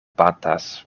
batas